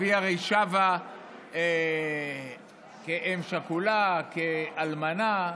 היא הרי שבה כאם שכולה, כאלמנה.